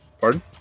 Pardon